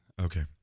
Okay